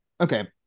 Okay